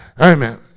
Amen